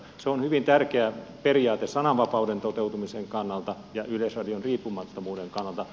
se on hyvin tärkeä periaate sananvapauden toteutumisen kannalta ja yleisradion riippumattomuuden kannalta